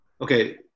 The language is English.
okay